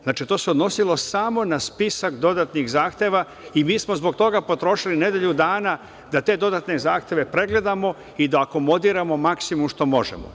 Znači, to se odnosilo samo na spisak dodatnih zahteva i mi smo zbog toga potrošili nedelju dana da te dodatne zahteve pregledamo i da akomodiramo maksimum što možemo.